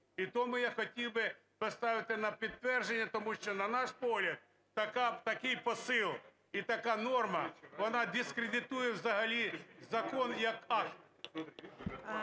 І тому я хотів би поставити на підтвердження, тому що, на наш погляд, такий посил і така норма, вона дискредитує взагалі закон як акт.